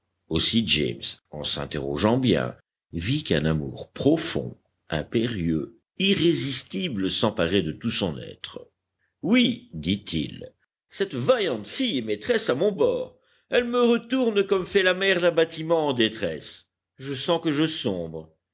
aussi james en s'interrogeant bien vit qu'un amour profond impérieux irrésistible s'emparait de tout son être oui dit-il cette vaillante fille est maîtresse à mon bord elle me retourne comme fait la mer d'un bâtiment en détresse je sens que je sombre